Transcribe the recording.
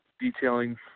detailing